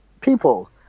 people